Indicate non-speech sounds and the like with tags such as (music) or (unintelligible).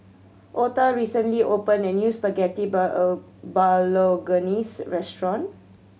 Otha recently opened a new Spaghetti (unintelligible) Bolognese restaurant